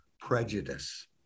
prejudice